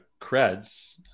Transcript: creds